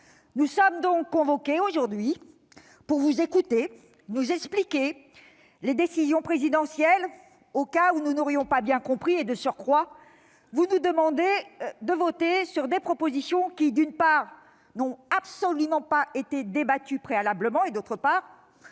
Nous sommes donc convoqués aujourd'hui pour vous écouter nous expliquer les décisions présidentielles, au cas où nous n'aurions pas bien compris. De surcroît, vous nous demandez de voter sur des propositions, d'une part, qui n'ont absolument pas été débattues préalablement, et, d'autre part,